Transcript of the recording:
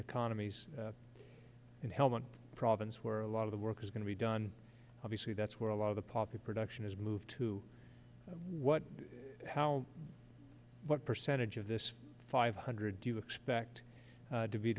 economies in helmand province where a lot of the work is going to be done obviously that's where a lot of the poppy production is moved to what how what percentage of this five hundred do you expect to be